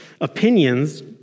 opinions